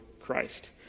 Christ